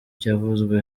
cyavuzwe